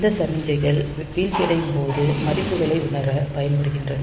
இந்த சமிக்ஞைகள் வீழ்ச்சியடையும் போது மதிப்புகளை உணரப் பயன்படுகின்றன